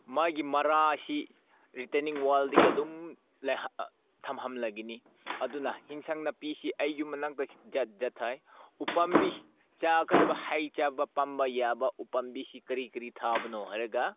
ꯃꯥꯒꯤ ꯃꯔꯥ ꯑꯁꯤ ꯔꯤꯇꯦꯅꯤꯡ ꯋꯥꯜꯗꯒꯤ ꯑꯗꯨꯝ ꯊꯝꯍꯟꯂꯒꯅꯤ ꯑꯗꯨꯅ ꯑꯦꯟꯁꯥꯡ ꯅꯥꯄꯤꯁꯤ ꯑꯩ ꯌꯨꯝ ꯃꯅꯥꯛꯇ ꯖꯥꯠ ꯖꯥꯠ ꯊꯥꯏ ꯎ ꯄꯥꯝꯕꯤ ꯆꯥꯒꯗꯕ ꯍꯩ ꯆꯥꯕ ꯄꯥꯝꯕ ꯌꯥꯕ ꯎ ꯄꯥꯝꯕꯤꯁꯤ ꯀꯔꯤ ꯀꯔꯤ ꯊꯥꯕꯅꯣ ꯍꯥꯏꯔꯒ